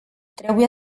trebuie